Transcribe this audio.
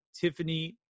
tiffany